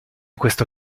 questo